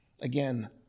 Again